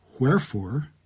wherefore